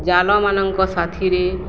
ଜାଲମାନଙ୍କ ସାଥିରେ